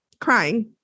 crying